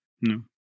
no